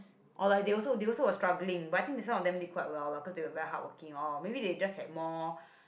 or like they also they also were struggling but I think that some of them did quite well lah cause they were very hardworking or maybe they just had more